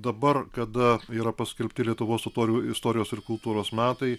dabar kada yra paskelbti lietuvos totorių istorijos ir kultūros metai